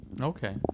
Okay